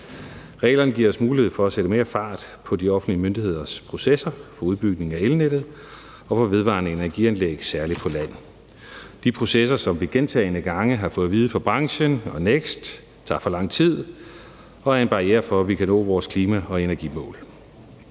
Reglerne giver os mulighed for at sætte mere fart på de offentlige myndigheders processer for udbygningen af elnettet og for vedvarende energi-anlæg, særlig på land. Det er de processer, som vi gentagne gange har fået at vide fra branchen og NEKST tager for lang tid og er en barriere for, at vi kan nå vores klima- og energimål.